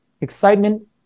Excitement